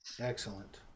Excellent